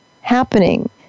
happening